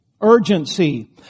Urgency